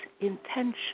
intention